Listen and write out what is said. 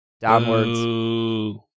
downwards